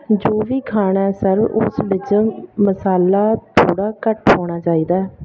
ਜੋ ਵੀ ਖਾਣਾ ਸਰ ਹੈ ਉਸ ਵਿੱਚ ਮਸਾਲਾ ਥੋੜ੍ਹਾ ਘੱਟ ਹੋਣਾ ਚਾਹੀਦਾ ਹੈ